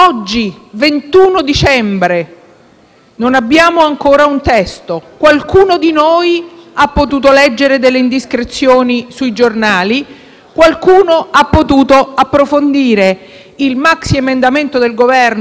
non abbiamo ancora un testo. Qualcuno di noi ha potuto leggere delle indiscrezioni sui giornali. Qualcuno ha potuto approfondire il maxiemendamento del Governo pervenuto in Commissione giustizia,